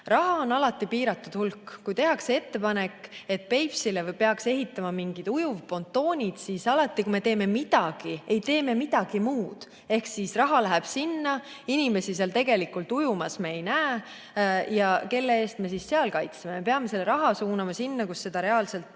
Raha on alati piiratud hulk. Tehakse [näiteks] ettepanek, et Peipsile peaks ehitama mingid ujuvpontoonid. Alati, kui me teeme midagi, siis ei tee me midagi muud. Raha läheb sinna, aga inimesi seal tegelikult ujumas me ei näe. Ja kelle eest me siis seal kaitseme? Me peame raha suunama sinna, kus seda reaalselt